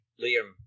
Liam